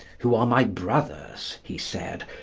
who are my brothers he said,